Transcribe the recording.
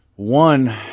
One